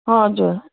हजुर